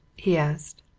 he asked.